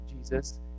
Jesus